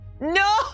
No